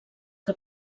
que